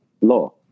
law